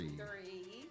three